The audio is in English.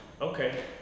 okay